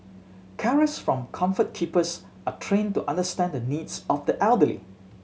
carers from Comfort Keepers are trained to understand the needs of the elderly